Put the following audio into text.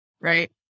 right